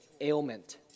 ailment